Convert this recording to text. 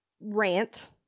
rant